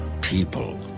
people